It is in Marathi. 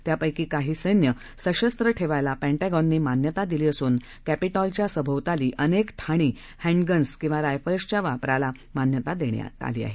त्यापैकी काही सैन्य सशस्व ठेवण्यास पेंटागॉनने मान्यता दिली असून क्षिटॉलच्या समोवताली अनेक ठाणी हँडगन्स किंवा रायफल्सच्या वापरांस मान्यता देण्यात आली आहे